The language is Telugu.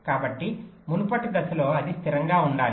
కాబట్టి మునుపటి దశలో అది స్థిరంగా ఉండాలి